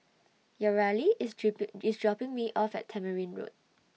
Yareli IS dripping IS dropping Me off At Tamarind Road